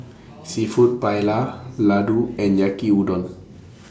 Seafood Paella Ladoo and Yaki Udon